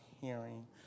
hearing